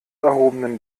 erhobenen